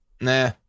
Nah